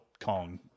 Kong